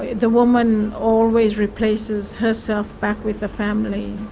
the woman always replaces herself back with the family.